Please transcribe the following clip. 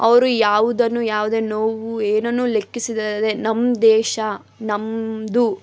ಅವರು ಯಾವುದನ್ನು ಯಾವುದೇ ನೋವು ಏನನ್ನೂ ಲೆಕ್ಕಿಸದೆ ನಮ್ಮ ದೇಶ ನಮ್ಮದು